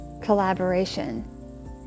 collaboration